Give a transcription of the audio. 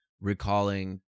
recalling